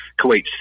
Kuwait